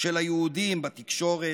של היהודים בתקשורת,